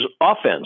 offense